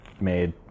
made